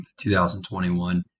2021